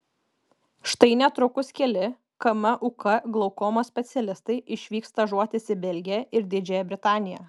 štai netrukus keli kmuk glaukomos specialistai išvyks stažuotis į belgiją ir didžiąją britaniją